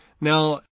Now